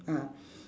ah